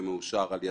מאושר על ידם.